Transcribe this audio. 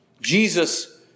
Jesus